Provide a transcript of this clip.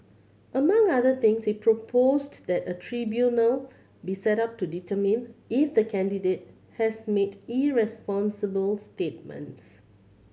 among other things he proposed that a tribunal be set up to determine if the candidate has made irresponsible statements